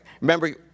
Remember